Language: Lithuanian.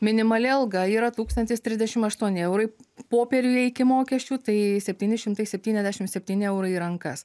minimali alga yra tūkstantis trisdešim aštuoni eurai popieriuje iki mokesčių tai septyni šimtai septyniasdešim septyni eurai į rankas